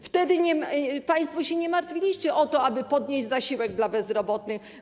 Wtedy państwo się nie martwiliście o to, aby podnieść zasiłek dla bezrobotnych.